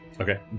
Okay